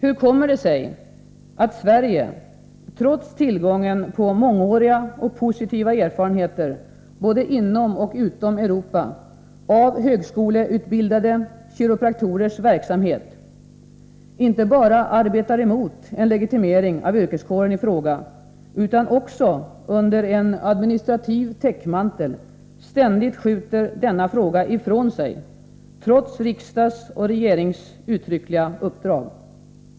Hur kommer det sig att man i Sverige — trots att det sedan många år finns positiva erfarenheter både inom och utom Europa av högskoleutbildade kiropraktorers verksamhet — inte bara arbetar emot en legitimering av yrkeskåren i fråga utan också under en administrativ täckmantel ständigt skjuter denna fråga ifrån sig? Detta sker trots riksdagens och regeringens uttryckliga uppdrag.